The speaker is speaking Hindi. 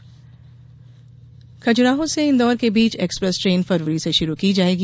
खजु्राहो रेल खजुराहो से इन्दौर के बीच एक्सप्रेस ट्रेन फरवरी से शुरू की जायेगी